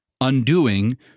undoing